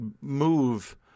move